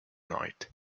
night